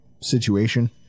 situation